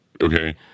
Okay